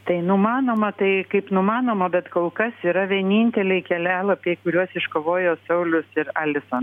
tai numanoma tai kaip numanoma bet kol kas yra vieninteliai kelialapiai kuriuos iškovojo saulius ir alisan